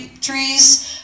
Trees